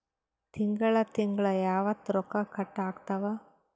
ತಿಂಗಳ ತಿಂಗ್ಳ ಯಾವತ್ತ ರೊಕ್ಕ ಕಟ್ ಆಗ್ತಾವ?